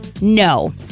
no